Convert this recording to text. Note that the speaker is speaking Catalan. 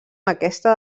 aquesta